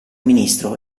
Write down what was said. ministro